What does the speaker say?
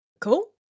Cool